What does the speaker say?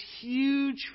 huge